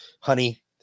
Honey